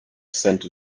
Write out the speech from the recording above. percent